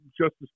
Justice